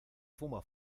fuma